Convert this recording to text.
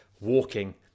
walking